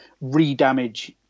re-damage